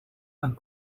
een